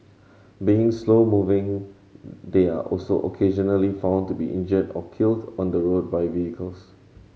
being slow moving they are also occasionally found to be injured or killed on the road by vehicles